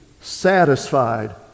satisfied